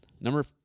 Number